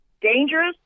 dangerous